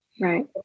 right